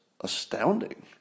astounding